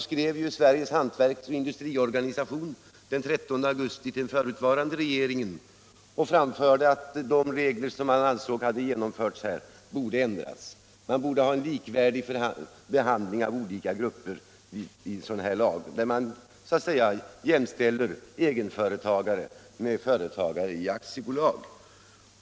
a. skrev Sveriges hantverksoch industriorganisation den 13 augusti till den förutvarande regeringen och framförde att man ansåg att de beslutade reglerna borde ändras, så att olika grupper får en likvärdig behandling genom att egenföretagare jämställs med företagare i aktiebolag.